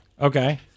Okay